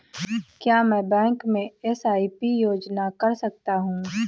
क्या मैं बैंक में एस.आई.पी योजना कर सकता हूँ?